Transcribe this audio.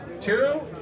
two